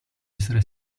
essere